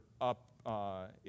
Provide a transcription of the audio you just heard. up